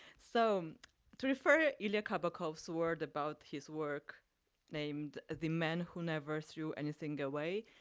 so to refer ilya kabakov word about his work named the man who never threw anything away.